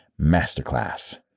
Masterclass